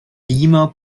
beamer